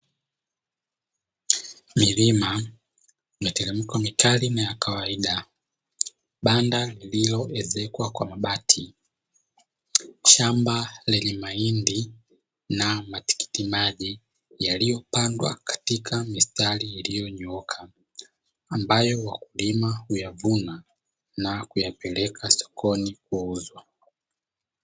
Milima, miteremko mikali na ya kawaida, banda lililoezekwa kwa mabati, shamba lenye mahindi na matikiti maji yaliyopandwa katika mistari iliyonyooka ambayo wakulima huyavuna na kuyapeleka sokoni kuuzwa.